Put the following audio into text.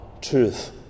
truth